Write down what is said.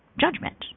judgment